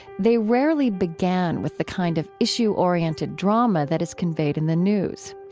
they rarely began with the kind of issue-oriented drama that is conveyed in the news.